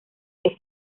que